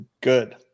good